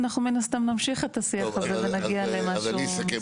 אנחנו מן הסתם נמשיך את השיח הזה ונגיע למשהו מוסכם.